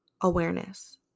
awareness